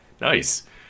nice